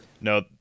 No